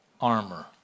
armor